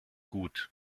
gut